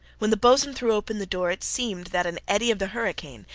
when the boatswain threw open the door it seemed that an eddy of the hurricane,